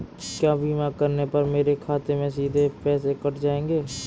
क्या बीमा करने पर मेरे खाते से सीधे पैसे कट जाएंगे?